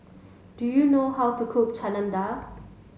do you know how to cook Chana Dal